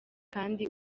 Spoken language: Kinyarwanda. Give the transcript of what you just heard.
kandi